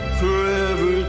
forever